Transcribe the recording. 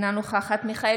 אינה נוכחת מיכאל